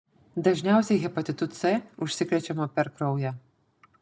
dažniausiai hepatitu c užsikrečiama per kraują